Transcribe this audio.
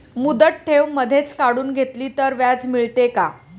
मुदत ठेव मधेच काढून घेतली तर व्याज मिळते का?